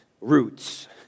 roots